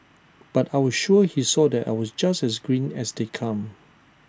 but I was sure he saw that I was just as green as they come